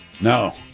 No